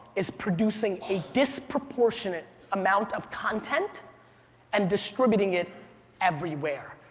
is producing a disproportionate amount of content and distributing it everywhere.